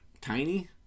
tiny